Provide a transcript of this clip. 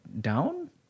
down